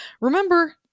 remember